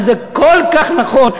וזה כל כך נכון.